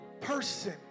person